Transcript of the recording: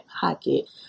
pocket